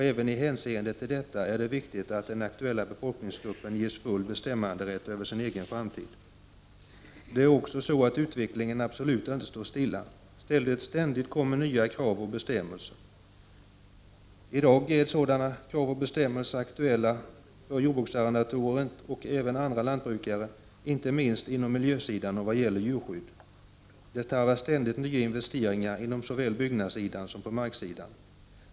Även med hänsyn till detta är det viktigt att den aktuella befolkningsgruppen ges full bestämmanderätt över sin egen framtid. Utvecklingen står absolut inte stilla. Ständigt kommer nya krav och bestämmelser. I dag är sådana krav och bestämmelser aktuella för jordbruksarrendatorer och även andra lantbrukare, inte minst beträffande miljösidan och djurskyddet. Det tarvas ständigt nya investeringar på såväl byggnadssidan som marksidan.